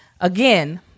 again